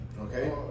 Okay